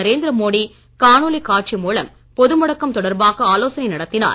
நரேந்திர மோடி காணொளி காட்சி மூலம் பொது முடக்கம் தொடர்பாக ஆலோசனை நடத்தினார்